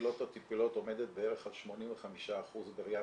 הטיפוליות עומדת בערך על 85% בראייה